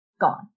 gone